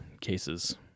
Cases